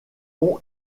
ont